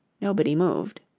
nobody moved.